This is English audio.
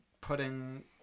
putting